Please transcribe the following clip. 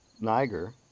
Niger